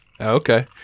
Okay